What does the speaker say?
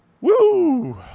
Woo